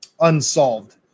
unsolved